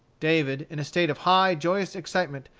david, in a state of high, joyous excitement,